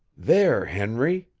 there, henry,